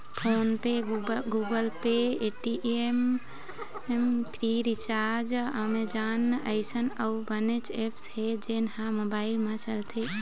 phone पे, Google Pay, Paytm, Freecharge, Amazon अइसन अउ बनेच ऐप्स हे जेन ह मोबाईल म चलथे